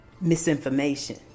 misinformation